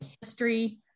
history